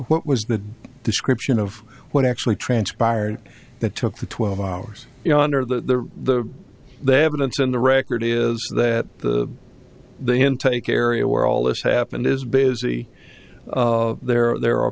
what was the description of what actually transpired that took the twelve hours you know under the the evidence in the record is that the the intake area where all this happened is busy there are there are